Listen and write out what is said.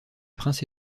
prince